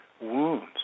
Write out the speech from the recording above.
wounds